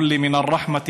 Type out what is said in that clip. הכנעה ורחמים,